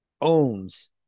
owns